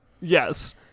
Yes